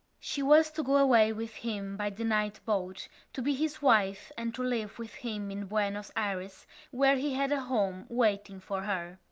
she was to go away with him by the night-boat to be his wife and to live with him in buenos ayres where he had a home waiting for her.